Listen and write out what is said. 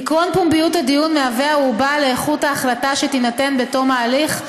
עקרון פומביות הדיון מהווה ערובה לאיכות ההחלטה שתינתן בתום ההליך,